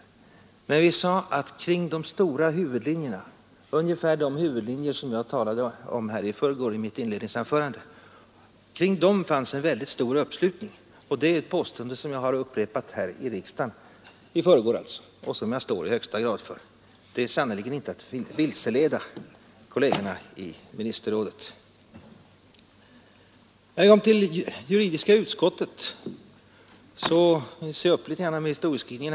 Men vi sade att det fanns en mycket stor uppslutning kring de stora huvudlinjerna — ungefär de huvudlinjer jag talade om i mitt inledningsanförande i förrgår. Det är alltså ett påstående som jag har upprepat här i riksdagen och som jag i högsta grad står för. Det är sannerligen inte att vilseleda kollegerna i minsterrådet. När det gäller juridiska utskottet får vi också se upp litet med historieskrivningen.